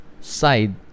side